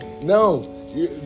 no